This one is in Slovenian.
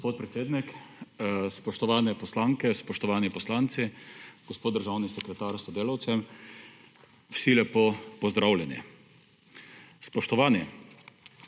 Gospod predsednik, spoštovane poslanke, spoštovani poslanci, gospod državni sekretar s sodelavcem, vsi lepo pozdravljeni! Spoštovani!